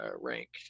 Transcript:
rank